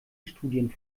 studien